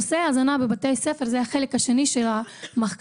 נושא ההזנה בבתי הספר זה החלק השני של המחקר